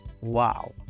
wow